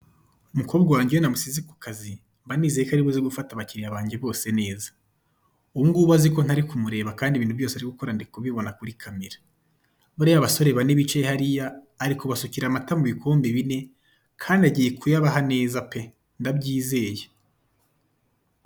Umukobwa wanjye iyo namusize ku kazi, mba nizeye ko ari buze gufata abakiriya banjye bose neza. Ubu ngubu azi ko ntari kumureba, kandi ibintu byose ari gukora ndi kubibona kuri kamera. Bariya basore bane bicaye hariya, ari kubasukira amata mu bikombe bine, kandi agiye kuyabaha neza pe! Ndabyizeye.